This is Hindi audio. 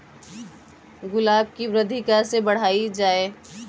गुलाब की वृद्धि कैसे बढ़ाई जाए?